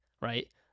Right